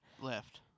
Left